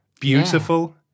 Beautiful